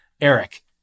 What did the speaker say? Eric